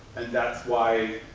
and that's why,